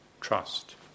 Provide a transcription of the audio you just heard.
trust